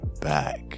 back